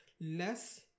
Less